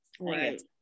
right